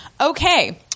okay